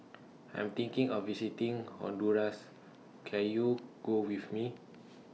I'm thinking of visiting Honduras Can YOU Go with Me